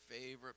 favorite